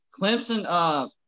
Clemson